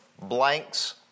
blanks